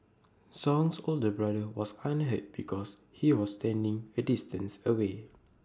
song's older brother was unhurt because he was standing A distance away